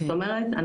זאת אומרת,